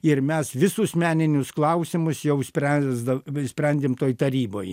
ir mes visus meninius klausimus jau spręsdav sprendėm toj taryboj